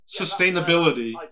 sustainability